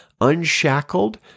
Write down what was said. Unshackled